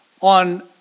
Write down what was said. on